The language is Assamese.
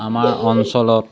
আমাৰ অঞ্চলত